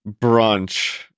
brunch